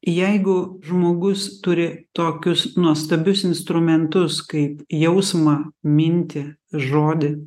jeigu žmogus turi tokius nuostabius instrumentus kaip jausmą mintį žodį